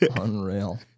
Unreal